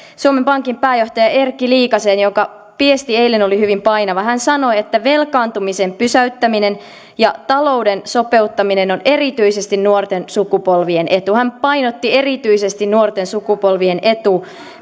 suomen pankin pääjohtajaan erkki liikaseen jonka viesti eilen oli hyvin painava hän sanoi että velkaantumisen pysäyttäminen ja talouden sopeuttaminen on erityisesti nuorten sukupolvien etu hän painotti erityisesti nuorten sukupolvien etu